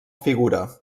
figura